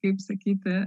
kaip sakyti